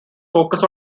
focus